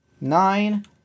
Nine